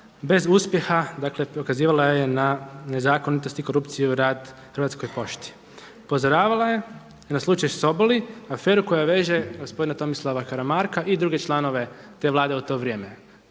bez uspjeha dakle pokazivala je na nezakonitost i korupciju rad Hrvatskoj pošti. Upozoravala je i na slučaj Soboli aferu koja veže gospodina Tomislava Karamarka i druge članove te vlade u to vrijeme.